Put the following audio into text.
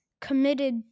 committed